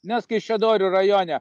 mes kaišiadorių rajone